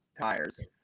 tires